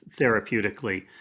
therapeutically